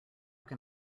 can